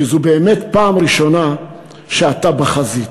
כי זו באמת הפעם הראשונה שאתה בחזית.